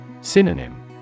Synonym